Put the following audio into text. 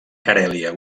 carèlia